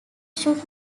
should